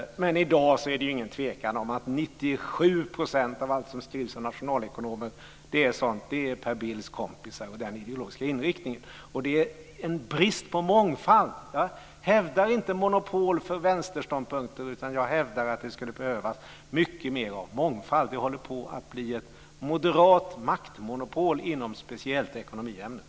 Men i dag är det ingen tvekan om att 97 % av allt som skrivs av nationalekonomer är skrivet av Per Bills kompisar och handlar om den ideologiska inriktningen. Det är en brist på mångfald. Jag hävdar inte monopol för vänsterståndpunkter, utan jag hävdar att det skulle behövas mycket mer av mångfald. Det håller på att bli ett moderat maktmonopol inom speciellt ekonomiämnet.